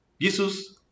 Jesus